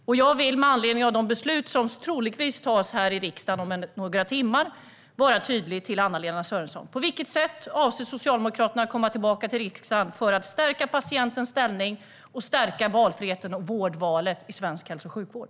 Och med anledning av de beslut som troligtvis kommer att fattas här i riksdagen om några timmar vill jag vara tydlig gentemot Anna-Lena Sörenson: På vilket sätt avser Socialdemokraterna att komma tillbaka till riksdagen för att stärka patientens ställning och stärka valfriheten och vårdvalet i svensk hälso och sjukvård?